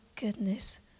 goodness